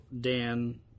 Dan